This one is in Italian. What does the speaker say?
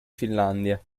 finlandia